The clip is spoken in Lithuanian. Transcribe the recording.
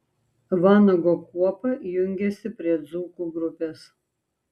vanago kuopa jungiasi prie dzūkų grupės